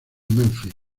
memphis